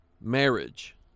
marriage